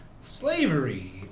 slavery